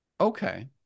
okay